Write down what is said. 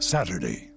Saturday